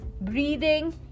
breathing